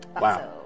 Wow